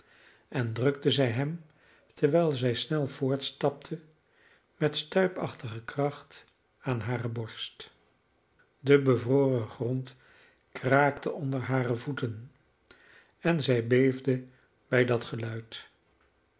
en drukte zij hem terwijl zij snel voortstapte met stuipachtige kracht aan hare borst de bevroren grond kraakte onder hare voeten en zij beefde bij dat geluid